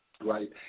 Right